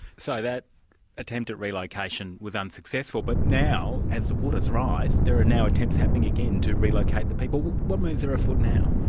so that attempt at relocation was unsuccessful. but now, as the waters rise, there are now attempts happening again to relocate the people. what moves are afoot now?